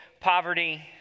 poverty